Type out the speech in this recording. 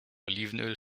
olivenöl